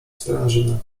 sprężynę